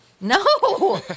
No